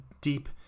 deep